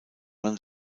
man